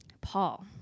Paul